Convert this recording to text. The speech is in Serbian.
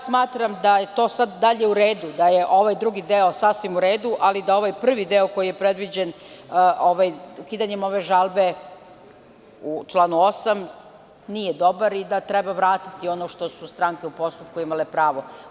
Smatram da je to dalje u radu, da je drugi deo sasvim u radu, ali da ovaj prvi deo, koji je predviđen ukidanjem ove žalbe u članu 8, nije dobar i da treba vratiti ono što su stranke u postupku imale pravo.